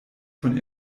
von